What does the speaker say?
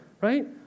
right